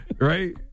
Right